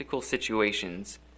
situations